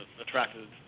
attracted